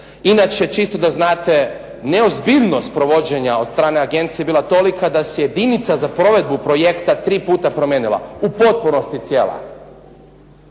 Inače, čisto da znate, neozbiljnost provođenja od strane agencije bila je tolika da se jedinica za provedbu projekta tri puta promijenila, u potpunosti cijela.